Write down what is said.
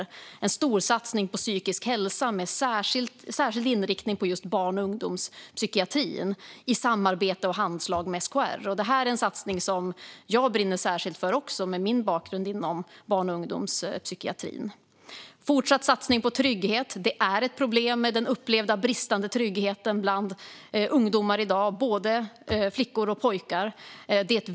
Vi gör en storsatsning på psykisk hälsa med särskild inriktning på just barn och ungdomspsykiatrin, i samarbete och handslag med SKR. Detta är en satsning som jag brinner särskilt för med min bakgrund inom barn och ungdomspsykiatrin. Vi gör också en fortsatt satsning på trygghet. Det är ett väldigt stort problem med den upplevda bristen på trygghet bland ungdomar i dag, både flickor och pojkar.